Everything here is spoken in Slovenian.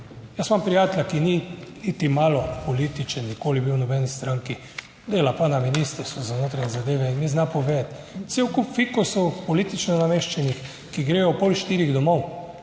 jaz imam prijatelja, ki ni niti malo političen nikoli bil v nobeni stranki, dela pa na Ministrstvu za notranje zadeve in mi zna povedati cel kup fikusov politično nameščenih, ki gredo ob pol štirih domov.